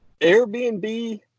Airbnb